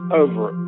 over